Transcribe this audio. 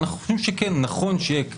אנחנו חושבים שנכון שיהיה קנס.